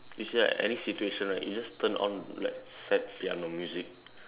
basically like any situation right you just turn on like sad piano music